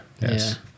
yes